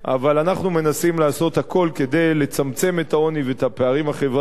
אבל אנחנו מנסים לעשות הכול כדי לצמצם את העוני ואת הפערים החברתיים,